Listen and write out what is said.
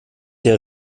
der